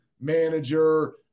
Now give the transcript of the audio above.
manager